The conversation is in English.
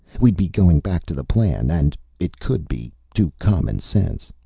we'd be going back to the plan. and, it could be, to common sense.